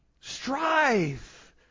Strive